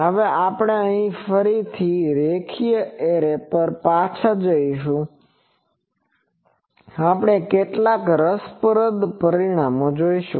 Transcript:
હવે આપણે ફરીથી રેખીય એરે પર પાછા જઈશું અને આપણે કેટલાક રસપ્રદ પરિણામો જોશું